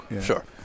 Sure